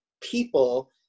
people